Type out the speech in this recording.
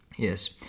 Yes